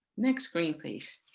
next screen please.